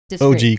OG